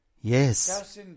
Yes